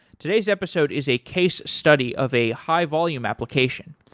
today's episode is a case study of a high volume application,